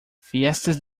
fiestas